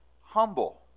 humble